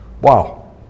Wow